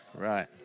Right